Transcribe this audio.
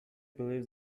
believes